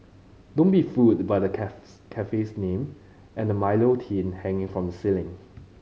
don't be fooled by the cafe's name and the Milo tin hanging from the ceiling